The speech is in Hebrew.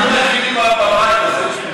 אתם הפוסט-ציונים היחידים בבית הזה,